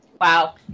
Wow